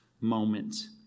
moment